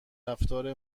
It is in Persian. رفتار